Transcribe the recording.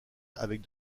avec